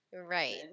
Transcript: right